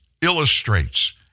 illustrates